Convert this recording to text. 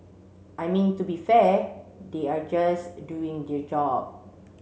I mean to be fair they are just doing their job